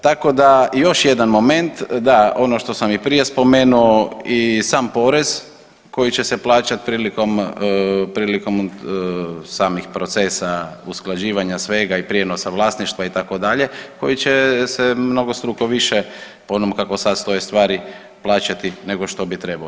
Tako da još jedan moment, da ono što sam i prije spomenuo i sam porez koji će se plaćati prilikom samih procesa usklađivanja svega i prijenosa vlasništva itd. koji će se mnogostruko više po onom kako sad stoje stvari plaćati nego što bi trebao.